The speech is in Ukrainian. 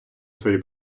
свої